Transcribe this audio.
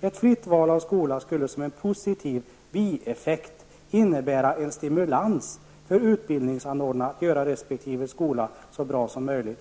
''Ett fritt val av skola skulle som en positiv bieffekt innebära en stimulans för utbildningsanordnarna att göra resp. skola så bra som möjligt.''